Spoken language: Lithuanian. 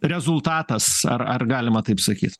rezultatas ar ar galima taip sakyt